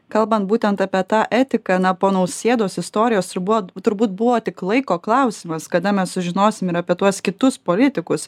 kalbant būtent apie tą etiką na po nausėdos istorijos ir buvo turbūt buvo tik laiko klausimas kada mes sužinosim ir apie tuos kitus politikus